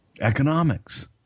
economics